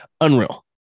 Unreal